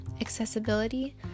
accessibility